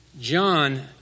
John